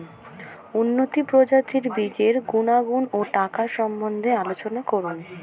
উন্নত প্রজাতির বীজের গুণাগুণ ও টাকার সম্বন্ধে আলোচনা করুন